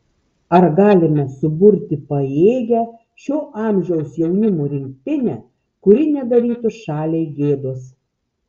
ar galime suburti pajėgią šio amžiaus jaunimo rinktinę kuri nedarytų šaliai gėdos